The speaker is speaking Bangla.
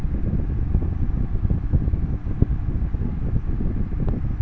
সবজি চাষের সময় প্রথম চাষে প্রতি একরে কতটা শুকনো গোবর বা কেঁচো সার মাটির সঙ্গে মেশাতে হবে?